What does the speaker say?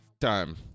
time